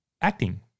acting